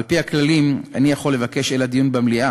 על-פי הכללים איני יכול לבקש אלא דיון במליאה,